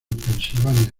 pensilvania